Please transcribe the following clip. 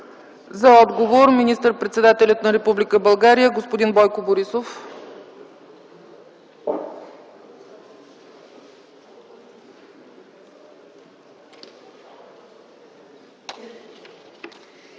За отговор - министър-председателят на Република България господин Бойко Борисов.